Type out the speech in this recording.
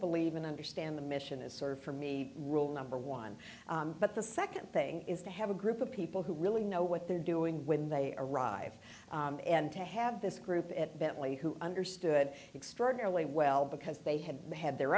believe and understand the mission is served for me rule number one but the nd thing is to have a group of people who really know what they're doing when they arrive and to have this group at bentley who understood extraordinarily well because they had had their